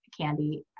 candy